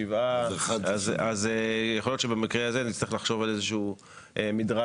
שבעה נצטרך לחשוב על איזה שהוא מדרג